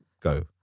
Go